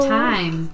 time